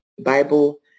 Bible